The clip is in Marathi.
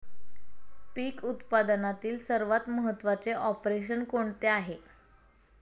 पीक उत्पादनातील सर्वात महत्त्वाचे ऑपरेशन कोणते आहे?